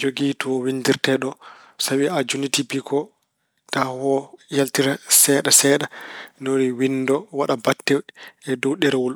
jogii to winndirte ɗo. So tawi a junniti bik o, daha o yaltira seeɗa seeɗa. Ni woni winndo, waɗa batte e dow ɗerewol.